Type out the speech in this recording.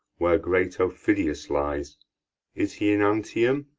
where great aufidius lies is he in antium?